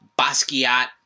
Basquiat